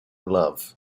love